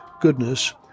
goodness